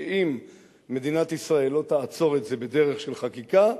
ואם מדינת ישראל לא תעצור את זה בדרך של חקיקה,